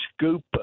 scoop